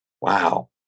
Wow